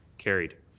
carried.